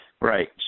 Right